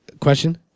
question